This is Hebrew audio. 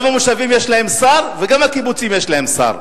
גם המושבים יש להם שר וגם הקיבוצים יש להם שר.